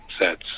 sets